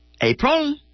April